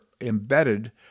embedded